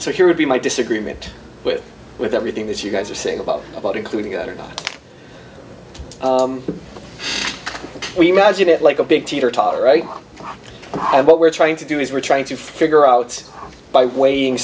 so here would be my disagreement with with everything that you guys are saying about about including it or not we imagine it like a big teeter totter right and what we're trying to do is we're trying to figure out by weighing